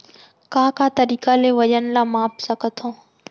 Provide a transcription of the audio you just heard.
का का तरीक़ा ले वजन ला माप सकथो?